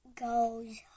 Goes